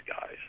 guys